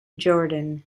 jordan